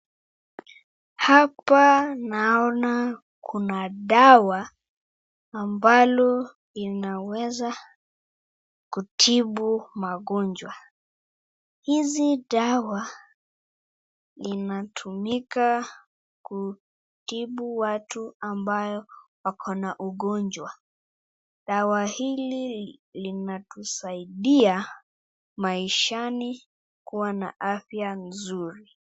Hapa naona kuna dawa ambalo linaweza kutibu magonjwa. Hizi dawa linatumika kutibu watu ambayo wako na ugonjwa. Dawa hili linatusaidia maishani kuwa na afya nzuri.